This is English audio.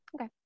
Okay